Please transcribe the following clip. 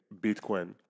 Bitcoin